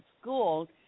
school